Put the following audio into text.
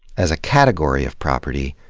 as a category of property,